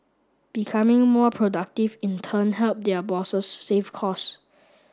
becoming more productive in turn help their bosses save cost